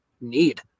need